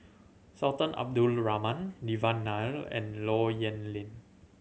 Sultan Abdul Rahman Devan Nair and Low Yen Ling